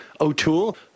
O'Toole